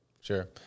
sure